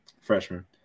freshman